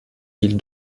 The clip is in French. mille